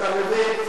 אתה מבין?